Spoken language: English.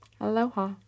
Aloha